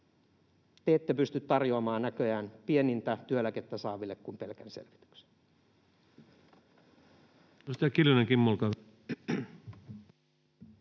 te ette pysty tarjoamaan näköjään pienintä työeläkettä saaville kuin pelkän selvityksen.